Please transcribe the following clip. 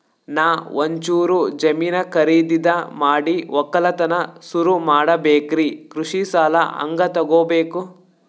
ನಾ ಒಂಚೂರು ಜಮೀನ ಖರೀದಿದ ಮಾಡಿ ಒಕ್ಕಲತನ ಸುರು ಮಾಡ ಬೇಕ್ರಿ, ಕೃಷಿ ಸಾಲ ಹಂಗ ತೊಗೊಬೇಕು?